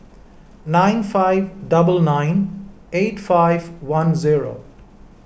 nine five double nine eight five one zero